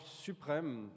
suprême